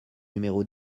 numéro